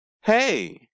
hey